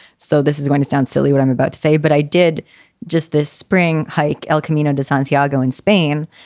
so this is going to sound silly, what i'm about to say. but i did just this spring hike, el camino designs jago in spain,